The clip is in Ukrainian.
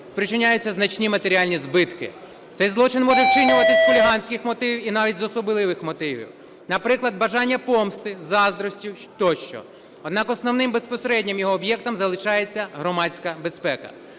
спричиняються значні матеріальні збитки. Цей злочин може вчинюватися з хуліганських мотивів, і навіть з особливих мотивів, наприклад, бажання помсти, заздрощів тощо, однак основним безпосереднім його об'єктом залишається громадська безпека,